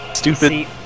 Stupid